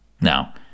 Now